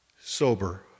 sober